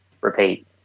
repeat